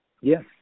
Yes